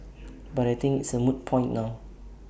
but I think it's A moot point now